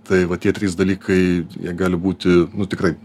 tai va tie trys dalykai jie gali būti nu tikrai